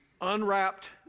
unwrapped